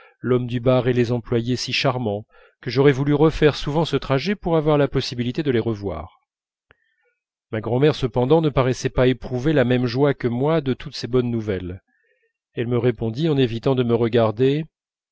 l'homme du bar et les employés si charmants que j'aurais voulu refaire souvent ce trajet pour avoir la possibilité de les revoir ma grand'mère cependant ne paraissait pas éprouver la même joie que moi de toutes ces bonnes nouvelles elle me répondit en évitant de me regarder